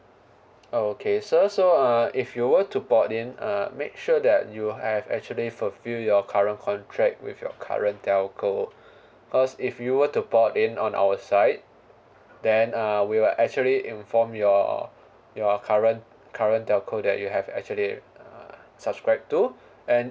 oh okay sir so uh if you were to port in uh make sure that you have actually fulfill your current contract with your current telco cause if you were to port in on our side then uh we will actually inform your your current current telco that you have actually uh subscribe to and